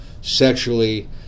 sexually